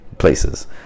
places